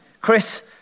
Chris